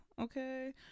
Okay